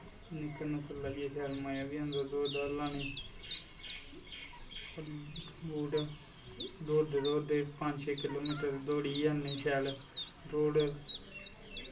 निक्कर नुक्कर लाईयै शैल मज़ा बी आंदा दौड़ दाड़ लानें गी औरदौड़दे दौड़दे पंद छे किलो मीटर दौड़ियै ओनें शैल दौड़